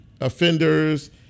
offenders